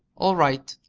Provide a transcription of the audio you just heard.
all right,